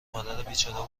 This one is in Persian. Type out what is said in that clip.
مادربیچاره